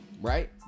right